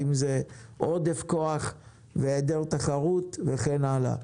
האם זה עודף כוח והעדר תחרות וכן הלאה.